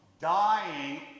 dying